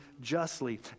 justly